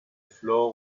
floor